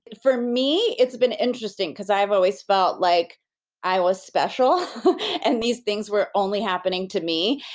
and for me, it's been interesting because i've always felt like i was special and these things were only happening to me,